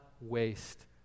waste